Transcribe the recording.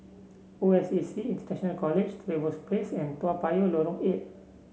O S A C International College Trevose Place and Toa Payoh Lorong Eight